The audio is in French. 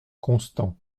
constant